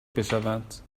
بشوند